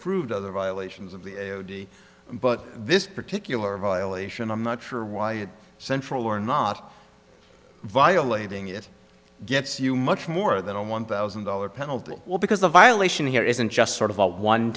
proved other violations of the but this particular violation i'm not sure why central or not violating it gets you much more than a one thousand dollars penalty will because the violation here isn't just sort of a one